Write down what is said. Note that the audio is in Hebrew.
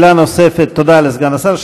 תודה לסגן השר.